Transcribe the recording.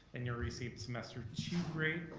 and you receive semester two grade,